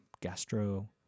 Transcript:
gastro